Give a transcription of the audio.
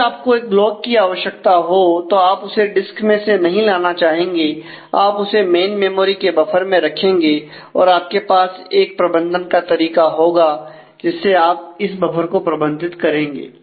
जब भी आपको एक ब्लॉक की आवश्यकता हो तो आप इसे डिस्क में से नहीं लाना चाहेंगे आप उसे मेन मेमोरी के बफर में रखेंगे और आपके पास एक प्रबंधन का तरीका होगा जिससे आप इस बफर को प्रबंधित करेंगे